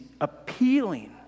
appealing